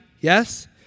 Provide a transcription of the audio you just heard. Yes